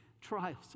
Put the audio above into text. trials